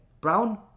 Brown